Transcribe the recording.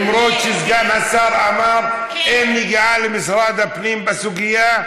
למרות שסגן השר אמר: אין נגיעה למשרד הפנים בסוגיה?